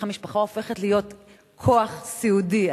איך המשפחה הופכת להיות כוח סיעודי,